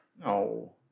No